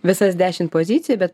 visas dešim pozicijų bet